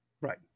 right